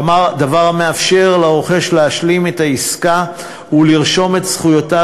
דבר שיאפשר לרוכש להשלים את העסקה ולרשום את זכויותיו